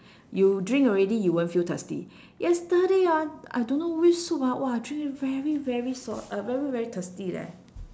you drink already you won't feel thirsty yesterday ah I don't know which soup ah !wah! drink very very salt uh very very thirsty leh